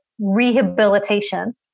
rehabilitation